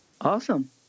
Awesome